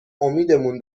امیدمون